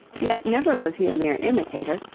yet never was he a mere imitator,